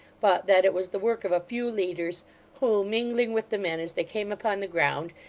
but that it was the work of a few leaders who, mingling with the men as they came upon the ground,